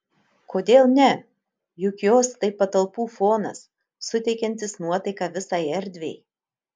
kodėl ne juk jos tai patalpų fonas suteikiantis nuotaiką visai erdvei